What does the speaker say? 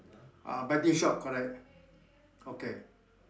ah betting shop correct okay